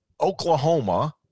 Oklahoma